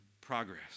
progress